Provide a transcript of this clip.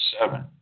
seven